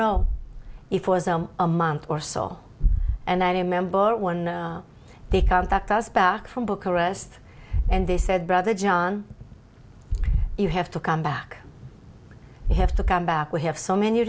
know if was a month or so and i remember one day contact us back from book arrest and they said brother john you have to come back we have to come back we have so many